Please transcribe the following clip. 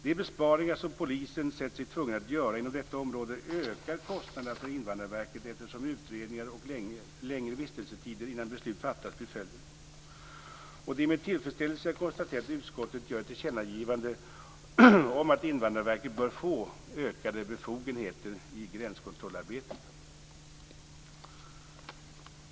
De besparingar som polisen sett sig tvungen att göra inom detta område ökar kostnaderna för Invandrarverket, eftersom utredningar och längre vistelsetider innan beslut fattas blir följden. Det är med tillfredsställelse jag konstaterar att utskottet gör ett tillkännagivande om att Invandrarverket bör få ökade befogenheter i gränskontrollarbetet.